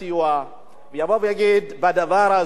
יבואו ויגידו: בדבר הזה אנחנו נתמוך.